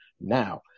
Now